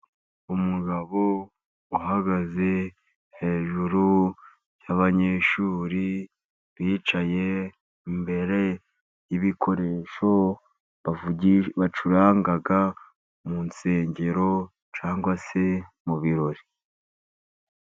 Umugabo uhagaze hejuru y'abanyeshuri, bicaye imbere y'ibikoresho bacuranga mu nsengero, cyangwa se mu birori.